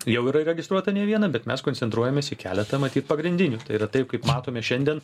jau yra įregistruota ne viena bet mes koncentruojamės į keletą matyt pagrindinių tai yra taip kaip matome šiandien